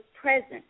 present